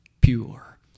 pure